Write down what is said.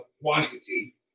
quantity